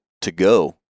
to-go